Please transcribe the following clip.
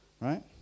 right